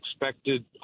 expected